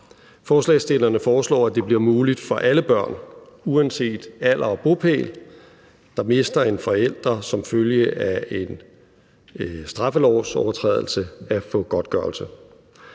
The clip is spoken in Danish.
Forslagsstillerne foreslår, at det bliver muligt for alle børn, uanset alder og bopæl, der mister en forælder som følge af en straffelovsovertrædelse, at få godtgørelse.